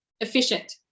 efficient